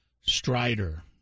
Strider